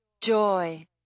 Joy